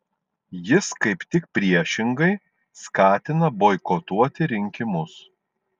jis kaip tik priešingai skatina boikotuoti rinkimus